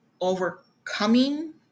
overcoming